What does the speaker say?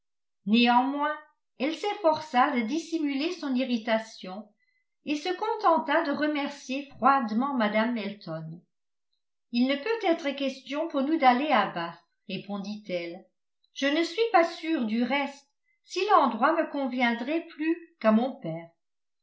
néanmoins elle s'efforça de dissimuler son irritation et se contenta de remercier froidement mme elton il ne peut être question pour nous d'aller à bath répondit-elle je ne suis pas sûre du reste si l'endroit me conviendrait plus qu'à mon père